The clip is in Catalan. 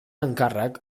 encàrrec